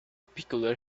peculiar